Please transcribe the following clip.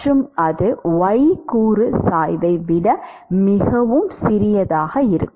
மற்றும் அது y கூறு சாய்வை விட மிகவும் சிறியதாக இருக்கும்